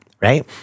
right